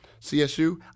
CSU